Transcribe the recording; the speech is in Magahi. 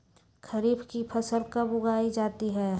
खरीफ की फसल कब उगाई जाती है?